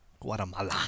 Guatemala